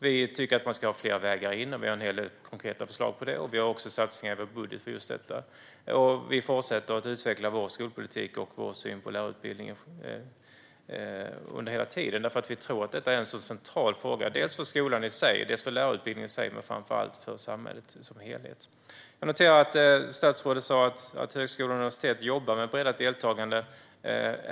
Vi tycker att det ska finnas fler vägar in, och vi har en hel del konkreta förslag där. Vi har också satsningar på detta i vårt budgetförslag. Vi fortsätter att utveckla vår skolpolitik och vår syn på lärarutbildningen, hela tiden, för vi tror att detta är en central fråga. Den är central för skolan i sig och för lärarutbildningen i sig, men framför allt är den central för samhället som helhet. Jag noterade att statsrådet sa att högskolor och universitet jobbar med ett breddat deltagande.